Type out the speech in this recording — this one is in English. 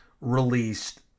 released